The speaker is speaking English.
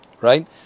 right